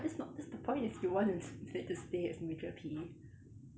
but that's not that's the point if you want s~ to stay as major P_E